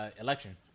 election